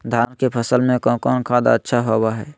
धान की फ़सल में कौन कौन खाद अच्छा होबो हाय?